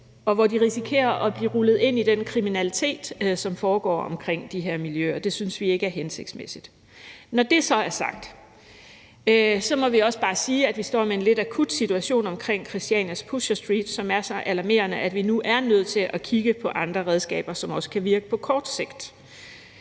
og hvor de risikerer at blive rullet ind i den kriminalitet, som foregår omkring de her miljøer, og det synes vi ikke er hensigtsmæssigt. Når det så er sagt, må vi også bare sige, at vi står med en lidt akut situation omkring Christianias Pusher Street, som er så alarmerende, at vi nu er nødt til at kigge på andre redskaber, som også kan virke på kort sigt,